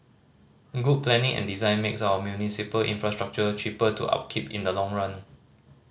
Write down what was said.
good planning and design makes our municipal infrastructure cheaper to upkeep in the long run